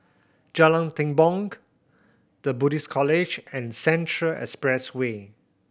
Jalan Tepong The Buddhist College and Central Expressway